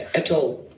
at all.